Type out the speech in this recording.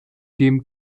dem